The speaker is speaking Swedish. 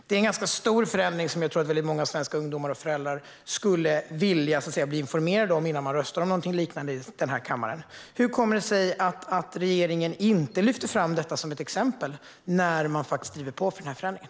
Det är en ganska stor förändring som jag tror att väldigt många svenska ungdomar och föräldrar skulle vilja bli informerade om innan man röstar om någonting liknande i den här kammaren. Hur kommer det sig att regeringen inte lyfte detta som ett exempel när man faktiskt driver på för den här förändringen?